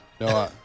no